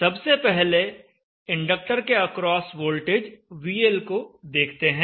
सबसे पहले इंडक्टर के अक्रॉस वोल्टेज VL को देखते हैं